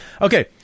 Okay